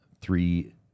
three